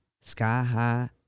sky-high